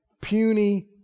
puny